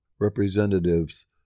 Representatives